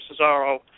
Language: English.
Cesaro